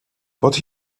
but